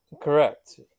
correct